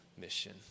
mission